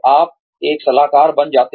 आप एक सलाहकार बन जाते हैं